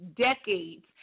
decades